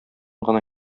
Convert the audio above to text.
гына